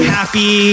Happy